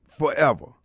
forever